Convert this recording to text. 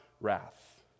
wrath